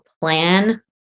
plan